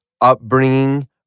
upbringing